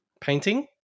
Painting